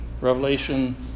Revelation